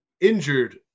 Injured